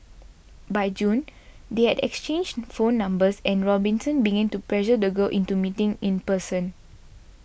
by June they had exchanged phone numbers and Robinson began to pressure the girl into meeting in person